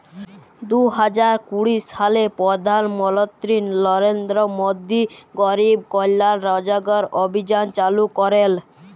দু হাজার কুড়ি সালে পরধাল মলত্রি লরেলদ্র মোদি গরিব কল্যাল রজগার অভিযাল চালু ক্যরেল